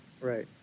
Right